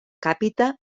càpita